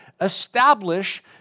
establish